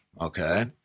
okay